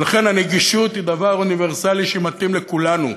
ולכן הנגישות היא דבר אוניברסלי, שמתאים לכולנו.